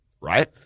right